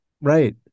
Right